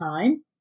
time